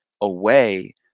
away